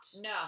No